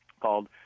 called